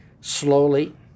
Slowly